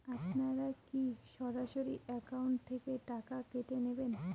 আপনারা কী সরাসরি একাউন্ট থেকে টাকা কেটে নেবেন?